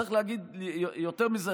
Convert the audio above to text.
צריך להגיד יותר מזה,